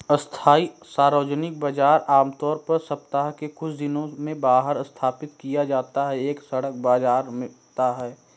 अस्थायी सार्वजनिक बाजार, आमतौर पर सप्ताह के कुछ दिनों में बाहर स्थापित किया जाता है, एक सड़क बाजार है